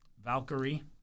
Valkyrie